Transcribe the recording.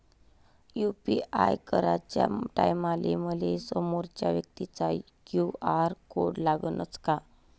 UPI कराच्या टायमाले मले समोरच्या व्यक्तीचा क्यू.आर कोड लागनच का?